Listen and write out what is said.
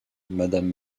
madame